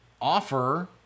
offer